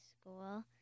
school